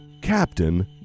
captain